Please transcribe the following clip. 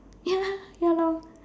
ya ya lor